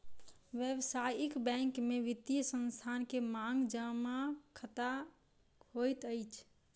व्यावसायिक बैंक में वित्तीय संस्थान के मांग जमा खता होइत अछि